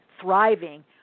thriving